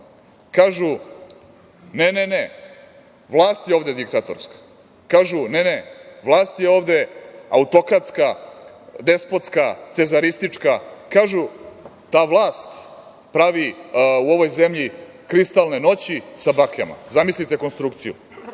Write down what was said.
Kažu – ne, ne, ne, vlast je ovde diktatorska. Kažu – ne, ne, vlast je ovde autokratska, despotska, cezaristička. Kažu – ta vlast pravi u ovoj zemlji kristalne noći sa bakljama. Zamislite konstrukciju